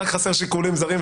רק חסר שיקולים זרים,